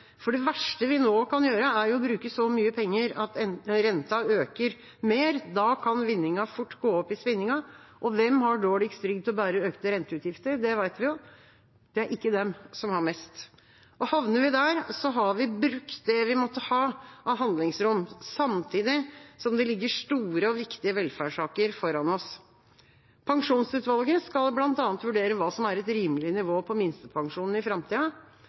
Det verste vi nå kan gjøre, er jo å bruke så mye penger at renta øker mer. Da kan vinninga fort gå opp i spinninga, og hvem har dårligst rygg til å bære økte renteutgifter? Det vet vi. Det er ikke dem som har mest. Havner vi der, har vi brukt det vi måtte ha av handlingsrom, samtidig som det ligger store og viktige velferdssaker foran oss. Pensjonsutvalget skal bl.a. vurdere hva som er et rimelig nivå på minstepensjonen i framtida.